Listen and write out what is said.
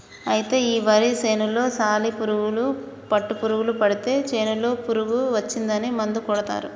అయితే ఈ వరి చేనులో సాలి పురుగు పుట్టులు పడితే చేనులో పురుగు వచ్చిందని మందు కొడతారు